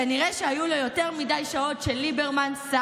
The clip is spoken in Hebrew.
כנראה שהיו לו יותר מדי שעות של ליברמן-סער-אלקין,